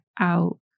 out